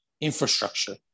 infrastructure